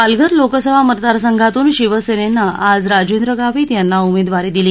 पालघर लोकसभा मतदारसंघातून शिवसेनेनं आज राजेंद्र गावित यांना उमेदवारी दिली